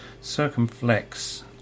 circumflex